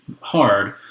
hard